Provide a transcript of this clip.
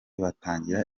batangira